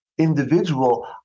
Individual